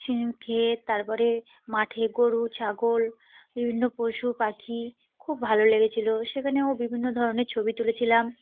শস্যখেত তারপরে মাঠে গরু ছাগল বিভিন্ন পশু পাখি খুব ভালো লেগেছিলো সেখানেও বিভিন্ন ধরনের ছবি তুলেছিলাম